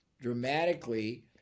dramatically